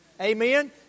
Amen